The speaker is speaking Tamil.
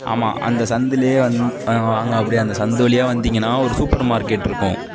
ஆமாம் அந்த சந்தில் வந் வாங்க அப்படியே அந்த சந்து வழியாக வந்திங்கன்னால் ஒரு சூப்பர் மார்க்கெட்டிருக்கும்